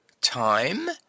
Time